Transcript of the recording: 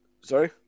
Sorry